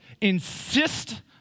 Insist